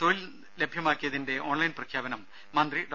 തൊഴിൽ ലഭ്യമാക്കിയതിന്റെ ഓൺലൈൻ പ്രഖ്യാപനം മന്ത്രി ഡോ